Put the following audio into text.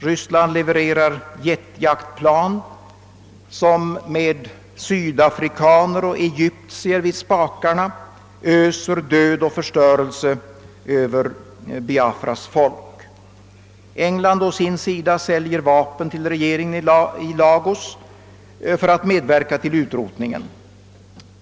Ryssland levererar jetjaktplan, som med sydafrikaner och egyptier vid spakarna öser död och förstörelse över Biafras folk. England å sin sida säljer vapen till regeringen i Lagos för att medverka till utrotningen.